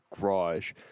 garage